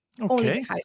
Okay